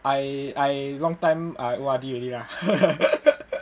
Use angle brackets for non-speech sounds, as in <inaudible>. I I long time I O_R_D already lah <laughs>